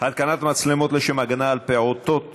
התקנת מצלמות לשם הגנה על פעוטות